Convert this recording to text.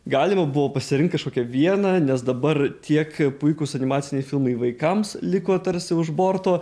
galima buvo pasirinkt kažkokią vieną nes dabar tiek puikūs animaciniai filmai vaikams liko tarsi už borto